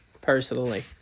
personally